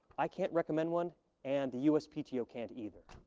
i can't recommend one and the uspto can't either,